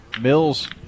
Mills